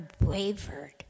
wavered